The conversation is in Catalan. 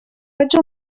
ets